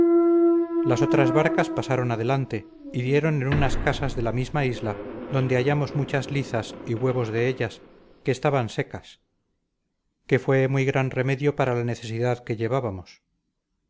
las otras barcas pasaron adelante y dieron en unas casas de la misma isla donde hallamos muchas lizas y huevos de ellas que estaban secas que fue muy gran remedio para la necesidad que llevábamos